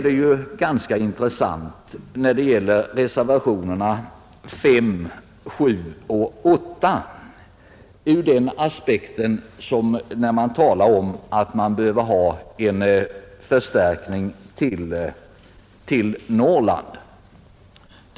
Det är ganska intressant med reservationerna 5, 7 och 8 ur den synpunkten att man ju så ofta talar om att man behöver en förstärkning till Norrland.